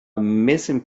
missing